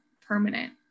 permanent